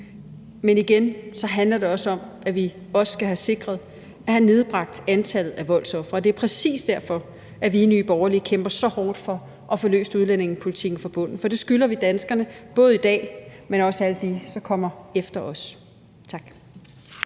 Men igen handler det også om, at vi skal have sikret at få nedbragt antallet af voldsofre, og det er præcis derfor, at vi i Nye Borgerlige kæmper så hårdt for at få løst udlændingepolitikken fra bunden. For det skylder vi danskerne, både i dag, men også i forhold til alle dem, der kommer efter os. Tak.